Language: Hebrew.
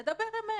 נדבר אמת.